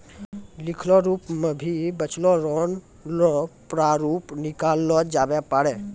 लिखलो रूप मे भी बचलो लोन रो प्रारूप निकाललो जाबै पारै